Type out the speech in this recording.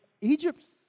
Egypt